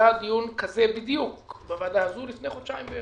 היה דיון כזה בדיוק בוועדה הזו לפני כחודשיים.